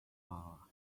are